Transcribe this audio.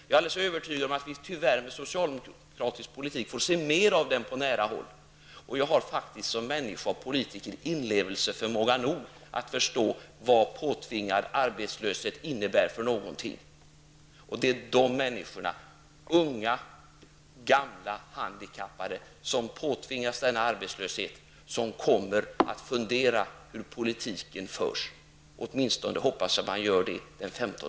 Jag är alldeles övertygad om att vi med socialdemokratisk politik tyvärr kommer att få se mer av den på nära håll. Jag har faktiskt som människa och som politiker inlevelseförmåga nog att förstå vad påtvingad arbetslöshet innebär. Det är de människor -- unga, gamla och handikappade -- som påtvingas denna arbetslöshet som kommer att fundera över hur politiken förs. Åtminstone hoppas jag att man gör det den 15